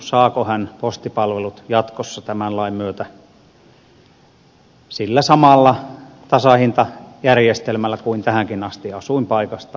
saako hän postipalvelut jatkossa tämän lain myötä sillä samalla tasahintajärjestelmällä kuin tähänkin asti asuinpaikasta riippumatta